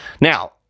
Now